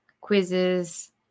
Quizzes